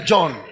John